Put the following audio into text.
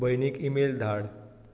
भयणीक email धाड